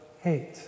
hate